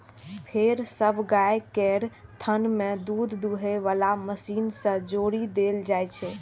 फेर सब गाय केर थन कें दूध दुहै बला मशीन सं जोड़ि देल जाइ छै